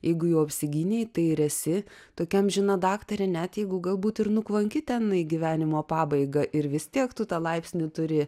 jeigu jau apsigynei tai ir esi tokia amžina daktarė net jeigu galbūt ir nukvanki ten į gyvenimo pabaiga ir vis tiek tu tą laipsnį turi